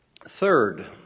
Third